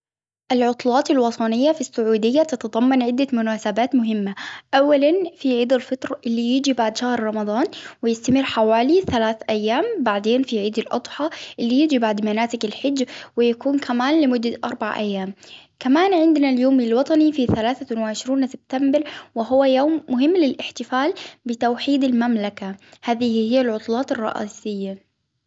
العطلات الوطنية في السعودية تتضمن عدة مناسبات مهمة، أولا في عيد الفطر اللي يجي بعد شهر رمضان ويستمر حوالي ثلاث أيام، بعدين في عيد الاضحى، اللي يجي بعد مناسك الحج ويكون كمان لمدة أربع أيام، كمان عندنا اليوم الوطني فيه ثلاثة وعشرون سبتمبر وهو يوم مهم للإحتفال بتوحيد المملكة.،هذه هي العطلات الرئيسية.